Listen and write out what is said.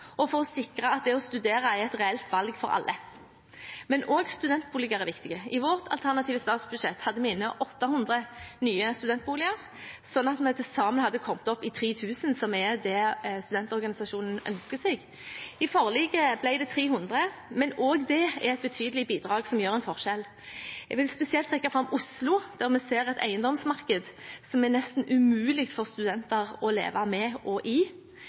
og for å sikre at det å studere er et reelt valg for alle. Men også studentboliger er viktig. I vårt alternative statsbudsjett hadde vi inne 800 nye studentboliger, sånn at vi til sammen hadde kommet opp i 3 000, som er det studentorganisasjonene ønsker seg. I forliket ble det 300, men også det er et betydelig bidrag, som gjør en forskjell. Jeg vil spesielt trekke fram Oslo, der vi ser et eiendomsmarked som er nesten umulig for studenter å leve med og i.